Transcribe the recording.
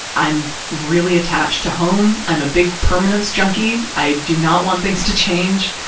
i'm really attached to home. i'm a big permanence junkie. i do not want things to change.